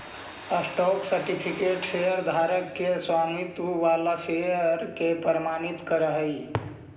stock certificate शेयरधारक के स्वामित्व वाला शेयर के प्रमाणित करऽ हइ